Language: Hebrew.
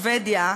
שבדיה,